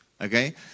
Okay